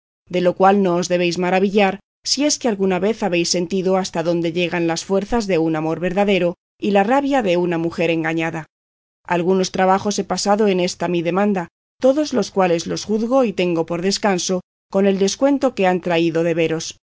de lo cual no os debéis maravillar si es que alguna vez habéis sentido hasta dónde llegan las fuezas de un amor verdadero y la rabia de una mujer engañada algunos trabajos he pasado en esta mi demanda todos los cuales los juzgo y tengo por descanso con el descuento que han traído de veros